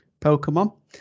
Pokemon